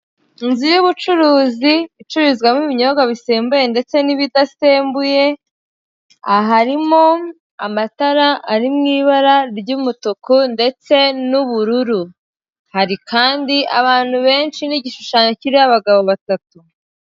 Inzu y'ubucuruzi icururizwamwo ibinyobwa bisembuye ndetse n'ibidasembuye, harimo amatara ari mu ibara ry'umutuku ndetse n'ubururu, hari kandi abantu benshi n'igishushanyo kiriho abagabo batatu.